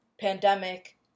pandemic